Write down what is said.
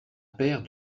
paire